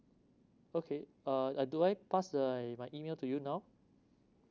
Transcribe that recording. okay uh ah do I pass the I my email to you now